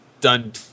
done